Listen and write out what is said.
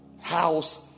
house